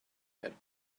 had